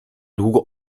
długo